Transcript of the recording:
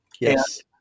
Yes